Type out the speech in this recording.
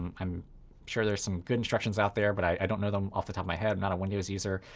um i'm sure there's some good instructions out there, but i don't know them off the top of my head. i'm not a windows user.